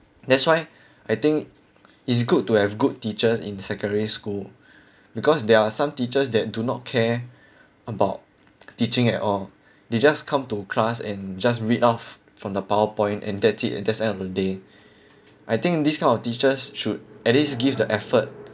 that's why I think it's good to have good teachers in secondary school because there are some teachers that do not care about teaching at all they just come to class and just read off from the PowerPoint and that's it that's the end of the day I think this kind of teachers should at least give the effort